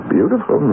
Beautiful